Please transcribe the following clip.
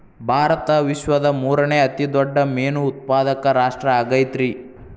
ಭಾರತ ವಿಶ್ವದ ಮೂರನೇ ಅತಿ ದೊಡ್ಡ ಮೇನು ಉತ್ಪಾದಕ ರಾಷ್ಟ್ರ ಆಗೈತ್ರಿ